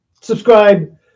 subscribe